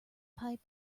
pipe